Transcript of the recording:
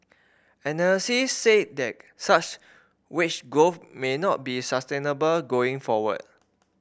analysis said that such wage growth may not be sustainable going forward